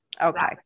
okay